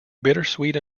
bittersweet